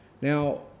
Now